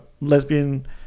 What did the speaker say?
lesbian